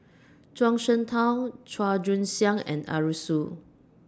Zhuang Shengtao Chua Joon Siang and Arasu